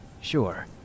sure